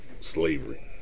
slavery